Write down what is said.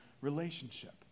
relationship